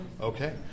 Okay